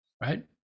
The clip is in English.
right